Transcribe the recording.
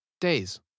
Days